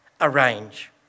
Arrange